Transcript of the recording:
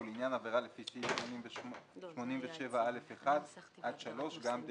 ולעניין עבירה לפי סעיף 87 (א)(1) עד (3) גם דירקטור".